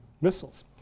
missiles